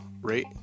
rate